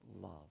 love